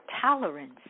tolerance